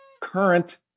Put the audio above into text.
current